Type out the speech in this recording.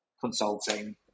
consulting